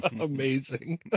Amazing